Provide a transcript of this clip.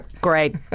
Great